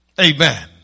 Amen